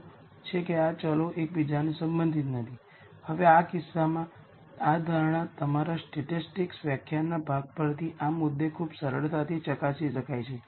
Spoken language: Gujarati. તેથી જો A ફુલ રેન્ક છે તો હું આ માટે હલ કરી શકતો નથી અને નોન ટ્રિવીઅલ v મેળવી શકું